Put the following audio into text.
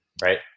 Right